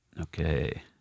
Okay